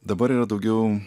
dabar yra daugiau